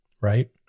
right